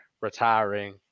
retiring